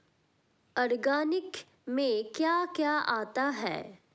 Organic में क्या क्या आता है?